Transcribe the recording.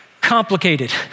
complicated